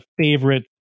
favorite